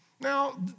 Now